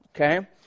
okay